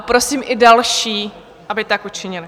Prosím i další, aby tak učinili.